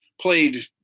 played